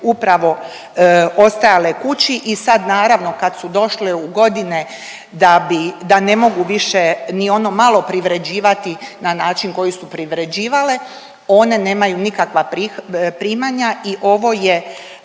upravo ostajale kući i sad naravno kad su došle u godine da ne mogu više ni ono malo privređivati na način koji su privređivale one nemaju nikakve primanja i ovo je